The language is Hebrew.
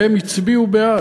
והם הצביעו בעד.